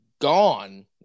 gone